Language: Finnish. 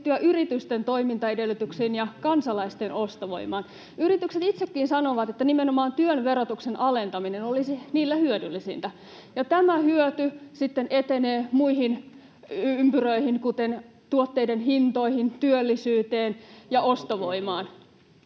yritysten toimintaedellytyksiin ja kansalaisten ostovoimaan. Yritykset itsekin sanovat, että nimenomaan työn verotuksen alentaminen olisi niille hyödyllisintä, ja tämä hyöty sitten etenee muihin ympyröihin, kuten tuotteiden hintoihin, työllisyyteen ja ostovoimaan.